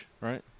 right